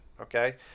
okay